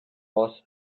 was